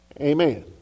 Amen